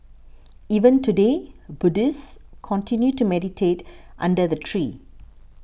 even today Buddhists continue to meditate under the tree